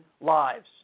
lives